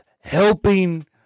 helping